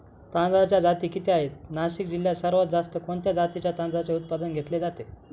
तांदळाच्या जाती किती आहेत, नाशिक जिल्ह्यात सर्वात जास्त कोणत्या जातीच्या तांदळाचे उत्पादन घेतले जाते?